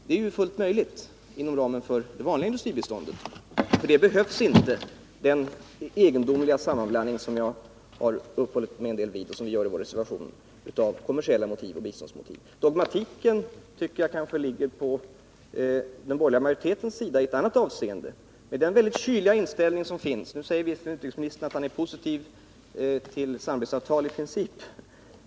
Härför behövs inte den egendomliga sammanblandning av kommersiella motiv och biståndsmotiv som jag har uppehållit mig vid och som vi också tar upp i vår reservation. Dogmatismen tycker jag ligger på den borgerliga majoritetens sida i ett annat avseende, i den kyliga inställning som finns där. Nu säger utrikesministern att han i princip är positiv till samarbetsavtal.